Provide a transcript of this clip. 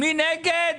מי נגד?